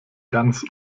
ganz